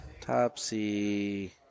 Topsy